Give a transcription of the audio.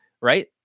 right